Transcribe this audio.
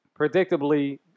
predictably